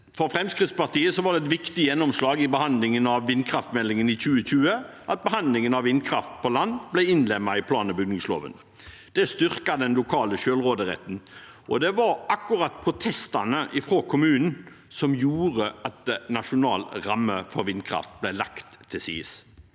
For Fremskrittspartiet var det et viktig gjennomslag i behandlingen av vindkraftmeldingen i 2020 at behandlingen av vindkraft på land ble innlemmet i plan- og bygningsloven. Det styrker den lokale selvråderetten, og det var akkurat protestene fra kommunene som gjorde at Nasjonal ramme for vindkraft ble lagt til side.